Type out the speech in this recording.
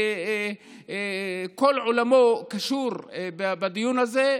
וכל עולמו קשור בדיון הזה.